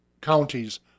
counties